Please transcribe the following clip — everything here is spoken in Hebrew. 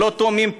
לא תואמים תב"ע,